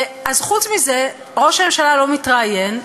אז חוץ מזה ראש הממשלה לא מתראיין,